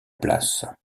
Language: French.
place